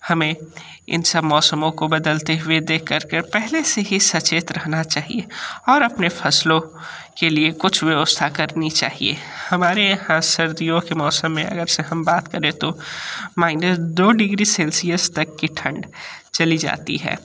हमें इन सब मौसमों को बदलते हुए देख कर के पहले से ही सचेत रहना चाहिए और अपने फ़सलों के लिए कुछ व्यवस्था करनी चाहिए हमारे यहाँ सर्दियों के मौसम में अगरचे हम बात करें तो माइनस दो डिग्री सेल्सियस तक की ठंड चली जाती है